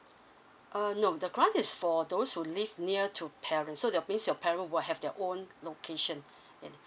uh no the grant is for those who live near to parents so that'll means your parent will have their own location and then